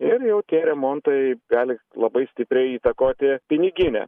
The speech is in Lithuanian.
ir jau tie remontai gali labai stipriai įtakoti piniginę